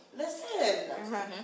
listen